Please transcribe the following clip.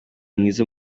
mwiza